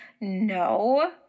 No